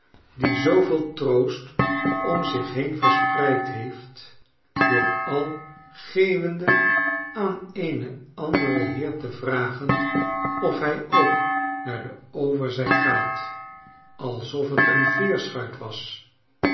die zooveel troost om zich heen verspreid heeft door al geeuwende aan een ander heer te vragen of hij ook naar de overzij gaat alsof t een v'eerschuit was